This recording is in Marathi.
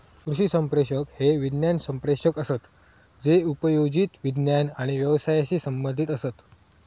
कृषी संप्रेषक हे विज्ञान संप्रेषक असत जे उपयोजित विज्ञान आणि व्यवसायाशी संबंधीत असत